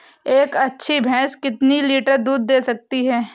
एक अच्छी भैंस कितनी लीटर दूध दे सकती है?